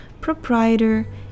proprietor